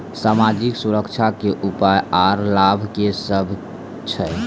समाजिक सुरक्षा के उपाय आर लाभ की सभ छै?